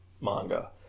manga